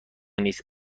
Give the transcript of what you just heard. نیست